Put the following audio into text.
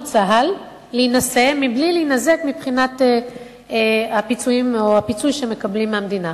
צה"ל להינשא מבלי להינזק מבחינת הפיצויים או הקצבה שמקבלים מהמדינה.